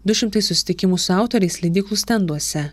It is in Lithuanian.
du šimtai susitikimų su autoriais leidyklų stenduose